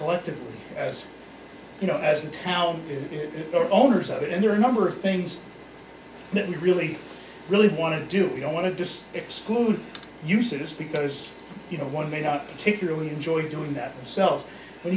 collective as you know as a town or owners of it and there are a number of things that we really really want to do we don't want to just exclude uses because you know one may not particularly enjoy doing that yourself when